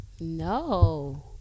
no